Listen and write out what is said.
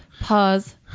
Pause